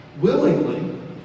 willingly